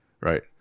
right